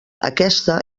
aquesta